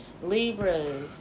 Libras